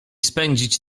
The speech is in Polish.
spędzić